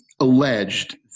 alleged